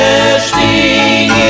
Resting